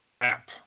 app